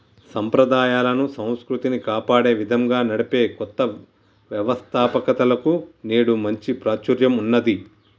సంప్రదాయాలను, సంస్కృతిని కాపాడే విధంగా నడిపే కొత్త వ్యవస్తాపకతలకు నేడు మంచి ప్రాచుర్యం ఉన్నది